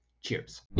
Cheers